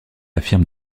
affirme